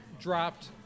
dropped